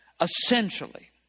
essentially